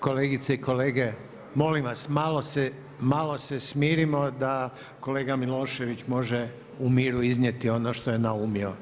Kolegice i kolege, molim vas malo se smirimo da kolega Milošević može u miru iznijeti ono što je naumio.